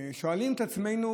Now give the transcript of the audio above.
שואלים את עצמנו: